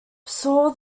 saw